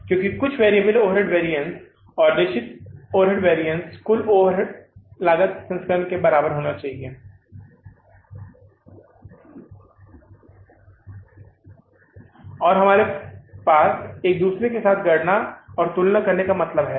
क्योंकि कुछ variable overhead variance और निश्चित ओवरहेड वैरिअन्स कुल ओवरहेड लागत संस्करण के बराबर होना चाहिए और हमारे पास एक दूसरे के साथ गणना और तुलना करने का मतलब है